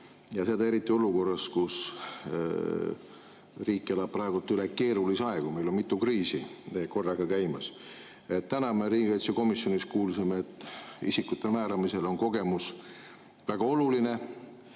Seda eriti olukorras, kus riik elab praegu üle keerulisi aegu – meil on mitu kriisi korraga käimas. Täna me riigikaitsekomisjonis kuulsime, et isikute määramisel on kogemus väga oluline.